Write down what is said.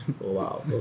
Wow